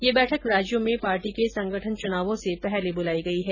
यह बैठक राज्यों में पार्टी के संगठन चुनावों से पहले बुलाई गई है